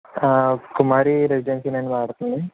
కుమారి రెసిడెన్సీయేనా మాట్లాడుతుంది